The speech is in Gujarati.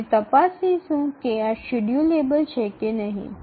અને તપાસીશું કે આ શેડ્યૂલેબલ છે કે નહીં